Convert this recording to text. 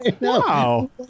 wow